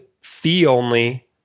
fee-only